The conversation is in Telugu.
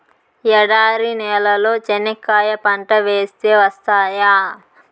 ఎడారి నేలలో చెనక్కాయ పంట వేస్తే వస్తాయా?